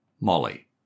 Molly